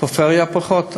בפריפריה זה פחות,